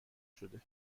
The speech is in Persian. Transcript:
شده